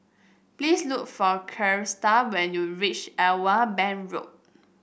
please look for Christa when you reach Irwell Bank Road